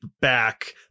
back